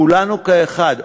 כולנו כאחד,